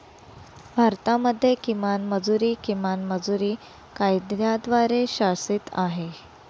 भारतामध्ये किमान मजुरी, किमान मजुरी कायद्याद्वारे शासित आहे